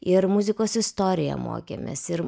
ir muzikos istoriją mokėmės ir